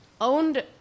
owned